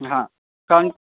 हां कण्